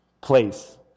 place